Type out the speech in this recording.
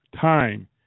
time